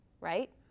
right